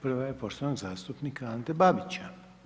Prva je poštovanog zastupnika Ante Babića.